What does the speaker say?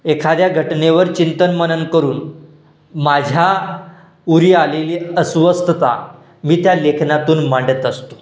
एखाद्या घटनेवर चिंतन मनन करून माझ्या उरी आलेली अस्वस्थता मी त्या लेखनातून मांडत असतो